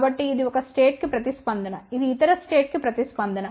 కాబట్టి ఇది ఒక స్టేట్ కి ప్రతిస్పందన ఇది ఇతర స్టేట్ కి ప్రతిస్పందన